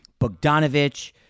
Bogdanovich